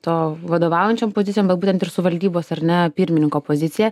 to vadovaujančiom pozicijom bet būtent ir su valdybos ar ne pirmininko pozicija